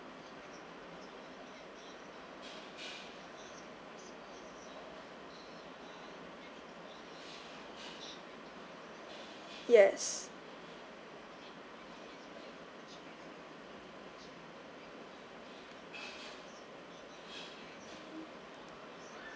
yes